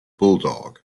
bulldog